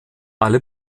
alle